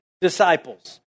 disciples